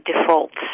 defaults